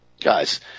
guys